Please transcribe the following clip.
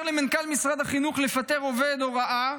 למנכ"ל משרד החינוך לפטר עובד הוראה,